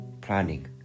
planning